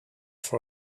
for